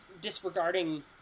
disregarding